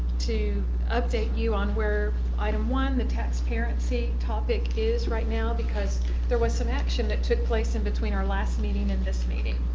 to update you on where item one the taxparency topic is right now. because there was some action that took place and between our last meeting and this meeting.